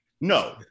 no